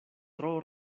tro